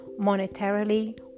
monetarily